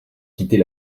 quitter